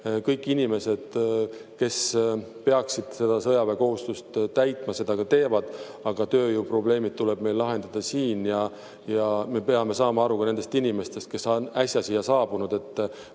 kõik inimesed, kes peaksid sõjaväekohustust täitma, seda ka teevad. Aga tööjõuprobleemid tuleb meil lahendada siin. Ja me peame saama aru ka nendest inimestest, kes on äsja siia saabunud, et